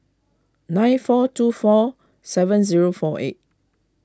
nine four two four seven zero four eight